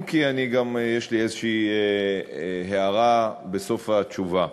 אם כי יש לי איזו הערה בסוף התשובה.